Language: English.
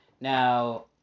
Now